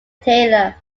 taylor